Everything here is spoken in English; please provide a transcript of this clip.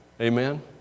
Amen